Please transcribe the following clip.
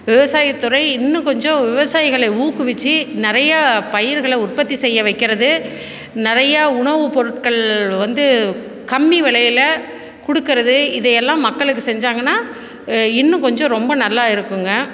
விவசாயத்துறை இன்னும் கொஞ்சம் விவசாயிகளை ஊக்குவிச்சு நிறைய பயிர்களை உற்பத்தி செய்ய வைக்கிறது நிறைய உணவு பொருட்கள் வந்து கம்மி விலையில கொடுக்கறது இதையெல்லாம் மக்களுக்கு செஞ்சாங்கனா இன்னும் கொஞ்சம் ரொம்ப நல்லா இருக்குங்க